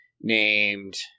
named